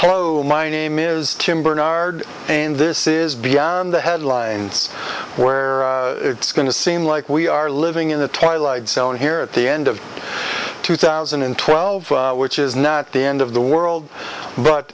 hello my name is tim bernard and this is beyond the headlines where it's going to seem like we are living in the twilight zone here at the end of two thousand and twelve which is not the end of the world but